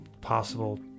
possible